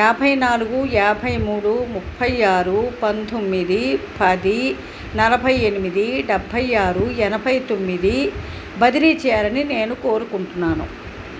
యాభై నాలుగు యాభై మూడు ముప్పై ఆరు పంతొమ్మిది పది నలభై ఎనిమిది డబ్బై ఆరు ఎనభై తొమ్మిది బదిలీ చేయాలని నేను కోరుకుంటున్నాను